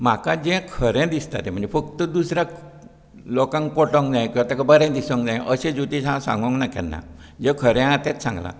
म्हाका जें खरें दिसता तें म्हणजे फक्त दुसऱ्याक लोकांक पटोंक जाय किंवां तेका बरें दिसोंक जाय अशें ज्योतिशी हांवे सागोंक ना केन्ना जें खरें आहा तेंच सांगला